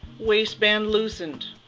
waistband loosened.